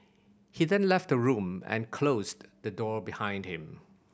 he then left the room and closed the door behind him